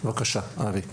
בבקשה אבי.